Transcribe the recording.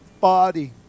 body